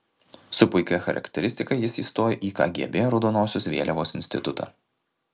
su puikia charakteristika jis įstojo į kgb raudonosios vėliavos institutą